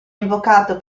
invocato